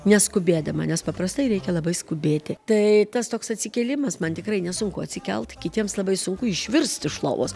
neskubėdama nes paprastai reikia labai skubėti tai tas toks atsikėlimas man tikrai nesunku atsikelt kitiems labai sunku išvirst iš lovos